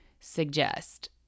suggest